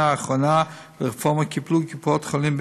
הראשונה לרפורמה טיפלו קופות-החולים,